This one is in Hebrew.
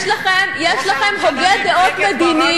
יש לכם הוגה דעות מדיני